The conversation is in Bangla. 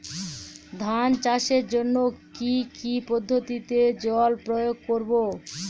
ধান চাষের জন্যে কি কী পদ্ধতিতে জল প্রয়োগ করব?